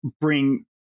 bring